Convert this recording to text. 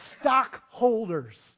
stockholders